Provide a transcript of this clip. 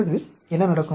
பிறகு என்ன நடக்கும்